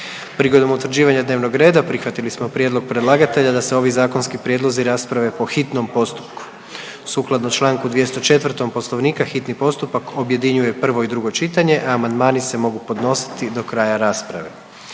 Prigodom utvrđivanja dnevnog reda prihvatili smo prijedlog predlagatelja da se ovi zakonski prijedlozi po hitnom postupku. Sukladno čl. 204. poslovnika hitni postupak objedinjuje prvo i drugo čitanje, a amandmani se mogu podnositi do kraja rasprave.